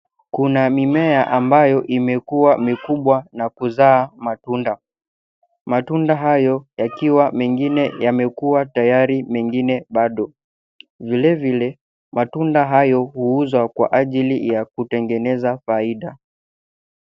Kuna mimea ambayo imekuwa mikubwa na kuzaa matunda, matunda hayo yakiwa mengine yamekuwa tayari mengine bado. Vilevile matunda hayo huuzwa kwa ajili ya kutengeneza faida.